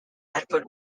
output